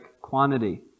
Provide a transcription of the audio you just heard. quantity